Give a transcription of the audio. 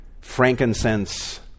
frankincense